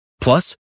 Plus